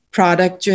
product